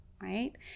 right